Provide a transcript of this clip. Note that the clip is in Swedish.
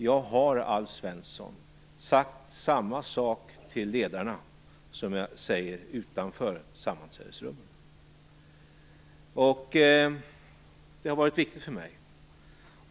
Jag har, Alf Svensson, sagt samma sak till ledarna som jag säger utanför sammanträdesrummen. Det har varit viktigt för mig.